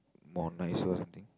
more nicer or something